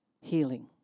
healing